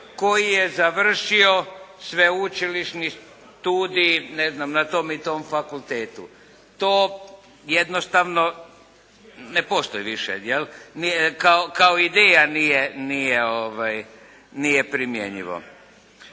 koji je završio sveučilišni studij ne znam na tom i tom fakultetu. To jednostavno ne postoji više jel', kao ideja nije primjenjivo.